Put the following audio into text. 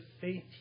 faith